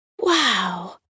Wow